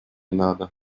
надо